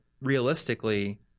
realistically